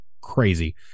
crazy